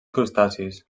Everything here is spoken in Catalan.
crustacis